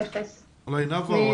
אולי הם יכולים